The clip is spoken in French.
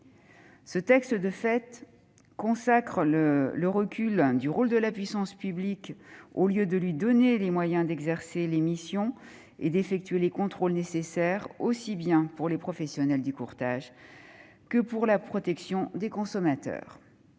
ce texte consacre le recul du rôle de la puissance publique au lieu de lui donner les moyens d'exercer les missions et d'effectuer les contrôles nécessaires aussi bien pour les professionnels du courtage que pour la protection des consommateurs.